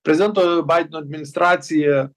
prezidento baideno administracija